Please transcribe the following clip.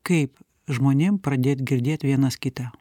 kaip žmonėm pradėt girdėt vienas kitą